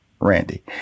Randy